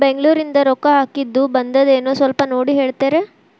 ಬೆಂಗ್ಳೂರಿಂದ ರೊಕ್ಕ ಹಾಕ್ಕಿದ್ದು ಬಂದದೇನೊ ಸ್ವಲ್ಪ ನೋಡಿ ಹೇಳ್ತೇರ?